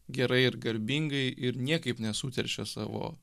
gerai ir garbingai ir niekaip nesuteršė savo